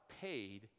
paid